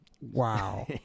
Wow